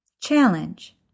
Challenge